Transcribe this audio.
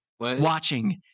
watching